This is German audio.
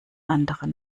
anderer